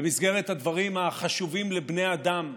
במסגרת הדברים החשובים לבני אדם,